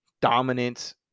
dominance